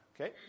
Okay